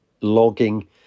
logging